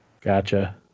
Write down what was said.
Gotcha